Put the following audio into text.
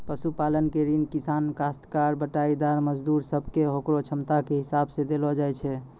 पशुपालन के ऋण किसान, कास्तकार, बटाईदार, मजदूर सब कॅ होकरो क्षमता के हिसाब सॅ देलो जाय छै